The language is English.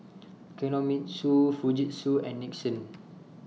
Kinohimitsu Fujitsu and Nixon